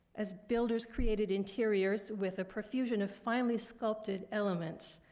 as builders created interiors with a profusion of finely sculpted elements,